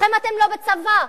לכן אתם לא בצבא.